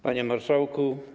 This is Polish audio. Panie Marszałku!